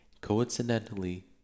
Coincidentally